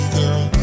girl